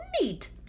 Neat